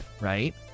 right